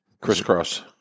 crisscross